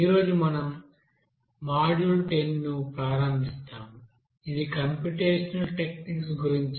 ఈ రోజు మనం మాడ్యూల్ 10 ను ప్రారంభిస్తాము ఇది కంప్యూటేషనల్ టెక్నిక్స్ గురించి